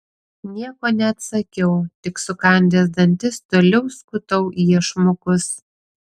nieko neatsakiau tik sukandęs dantis toliau skutau iešmukus